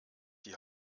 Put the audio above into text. die